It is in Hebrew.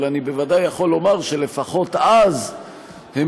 אבל אני בוודאי יכול לומר שלפחות אז הם